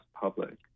public